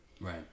Right